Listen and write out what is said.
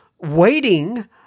waiting